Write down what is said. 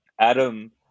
Adam